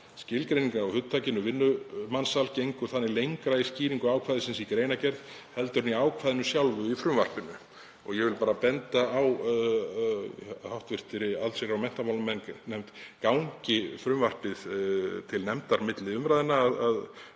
Skilgreining á hugtakinu „vinnumansal“ gengur þannig lengra í skýringu ákvæðisins í greinargerð heldur en í ákvæðinu sjálfu í frumvarpinu.“ Ég vil bara benda hv. allsherjar- og menntamálanefnd á, gangi frumvarpið til nefndar milli umræðna, að